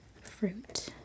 fruit